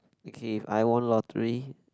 okay if I won lottery